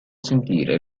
sentire